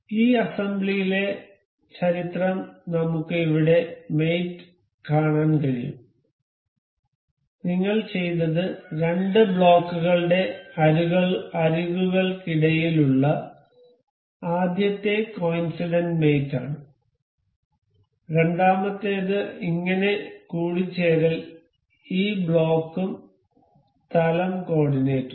ഈ അസംബ്ലിയിലെ ചരിത്രം നമുക്ക് ഇവിടെ മേറ്റ് കാണാൻ കഴിയും നിങ്ങൾ ചെയ്തത് രണ്ട് ബ്ലോക്കുകളുടെ അരികുകൾക്കിടയിലുള്ള ആദ്യത്തെ കോഇൻസിടന്റ് മേറ്റ് ആണ് രണ്ടാമത്തേത് ഇങ്ങനെ കൂടിചേരൽ ഈ ബ്ലോക്കും തലം കോർഡിനേറ്റും